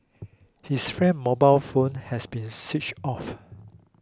his friend's mobile phone had been switched off